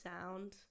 sound